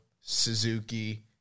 Suzuki